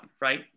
right